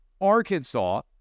Arkansas